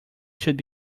should